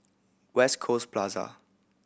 West Coast Plaza